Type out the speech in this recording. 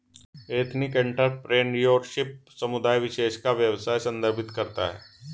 ethnic entrepreneurship समुदाय विशेष का व्यवसाय संदर्भित करता है